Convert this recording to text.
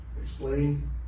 Explain